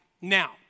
Now